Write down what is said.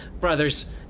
brothers